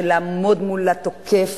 לעמוד מול התוקף